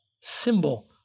symbol